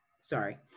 Sorry